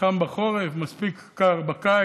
חם בחורף, מספיק קר בקיץ,